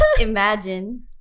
Imagine